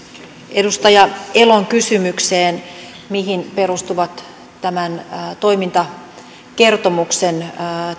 edustaja elon kysymykseen siitä mihin perustuvat tämän toimintakertomuksen